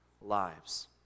lives